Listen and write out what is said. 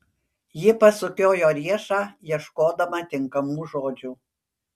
ji pasukiojo riešą ieškodama tinkamų žodžių